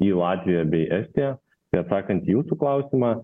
į latviją bei estiją tai atsakant į jūsų klausimą